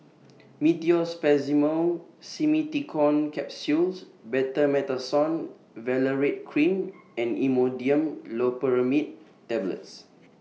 Meteospasmyl Simeticone Capsules Betamethasone Valerate Cream and Imodium Loperamide Tablets